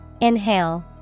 Inhale